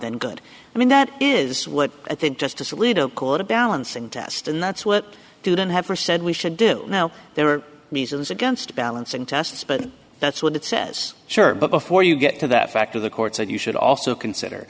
than good i mean that is what i think justice alito called a balancing test and that's what didn't have her said we should do now there are reasons against balancing tests but that's what it says sure but before you get to that back to the courts and you should also consider